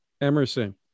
Emerson